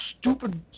stupid